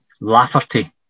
Lafferty